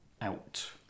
out